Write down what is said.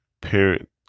parent